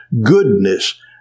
goodness